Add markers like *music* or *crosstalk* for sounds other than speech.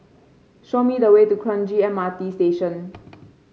show me the way to Kranji M R T Station *noise*